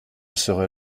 serai